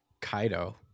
Kaido